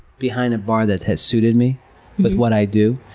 behind a bar that has suited me with what i do.